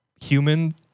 human